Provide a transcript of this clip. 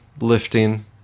lifting